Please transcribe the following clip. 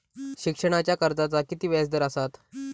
शिक्षणाच्या कर्जाचा किती व्याजदर असात?